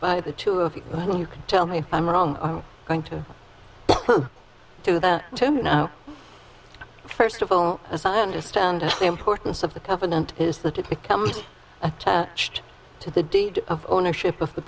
by the two of you can tell me if i'm wrong i'm going to do that first of all as i understand the importance of the covenant is that it becomes attached to the deed of ownership of the